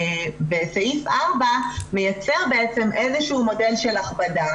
סעיף 4 מייצר איזשהו מודל של הכבדה,